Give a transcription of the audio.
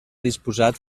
disposat